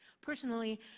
Personally